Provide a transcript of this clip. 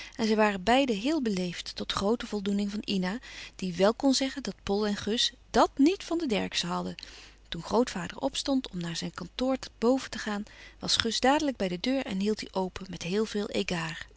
en zij waren beiden heel beleefd tot groote voldoening van ina die wèl kon zeggen dat pol en gus dàt nièt van de derckszen hadden toen grootvader opstond om naar zijn kantoor boven te gaan was gus dadelijk bij de deur en hield die open met heel veel